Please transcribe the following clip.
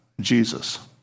Jesus